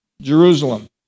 Jerusalem